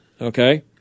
okay